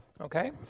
okay